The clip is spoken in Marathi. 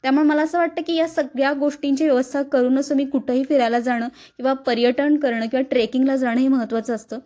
त्यामुळे मला असं वाटतं की या सगळ्या गोष्टींची व्यवस्था करूनच तुम्ही कुठंही फिरायला जाणं किंवा पर्यटन करणं किंवा ट्रेकिंगला जाणं हे महत्त्वाचं असतं